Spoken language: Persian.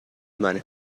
منه